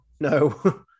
no